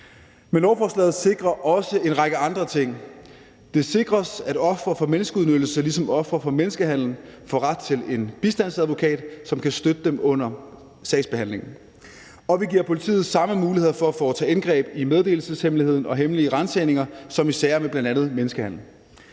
Lovforslaget sikrer også en række andre ting. Det sikres, at ofre for menneskeudnyttelse ligesom ofre for menneskehandel får ret til en bistandsadvokat, som kan støtte dem under sagsbehandlingen. Og vi giver politiet samme muligheder for at foretage indgreb i meddelelseshemmeligheden og hemmelige ransagninger som i sager med bl.a. menneskehandel.